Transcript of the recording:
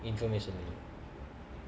information